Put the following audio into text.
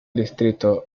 distrito